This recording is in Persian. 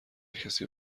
کسی